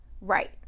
Right